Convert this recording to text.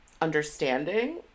understanding